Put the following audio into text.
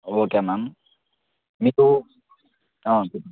okay ma'am మీకు చెప్పండి